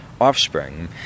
offspring